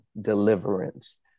deliverance